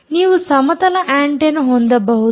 ನೀವು ಸಮತಲ ಆಂಟೆನ್ನ ಹೊಂದಬಹುದು